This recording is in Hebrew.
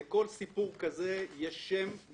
לכל סיפור כזה יש שם,